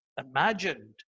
imagined